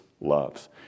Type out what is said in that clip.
loves